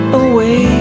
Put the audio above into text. away